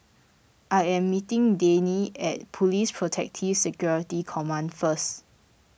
I am meeting Dayne at Police Protective Security Command first